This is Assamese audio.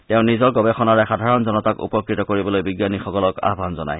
তেওঁ নিজৰ গৱেষণাৰে সাধাৰণ জনতাক উপকৃত কৰিবলৈ বিজ্ঞানীসকলক আহান জনায়